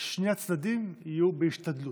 שני הצדדים יהיו בהשתדלות.